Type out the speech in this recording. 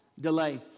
delay